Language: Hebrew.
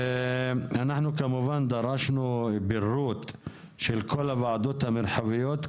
אנחנו כמובן דרשנו בהירות של כל הוועדות המרחביות,